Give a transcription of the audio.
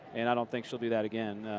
and i don't think she'll do that again.